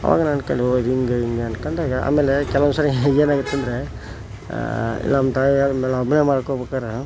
ಆವಾಗ ನಾ ಅನ್ಕೊಂಡೆ ಓ ಇದು ಹಿಂಗ ಹಿಂಗ ಅಂದ್ಕೊಂಡಾಗ ಆಮೇಲೆ ಕೆಲವೊಂದು ಸಾರಿ ಏನಾಗತ್ತಂದರೆ ನಮ್ಮ ತಾಯಿಯಾದ ಮೇಲೆ ನಾ ಒಬ್ಬನೇ ಮಾಡ್ಕೊಬೇಕಾರೆ